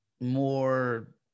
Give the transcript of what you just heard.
more